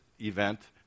event